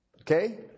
Okay